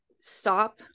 Stop